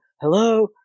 hello